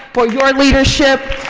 for your leadership.